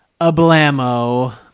Ablamo